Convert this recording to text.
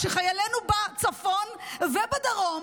כשחיילנו בצפון ובדרום,